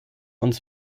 uns